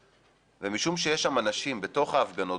ומשום שיש שם אנשים בתוך ההפגנות,